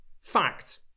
Fact